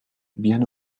bien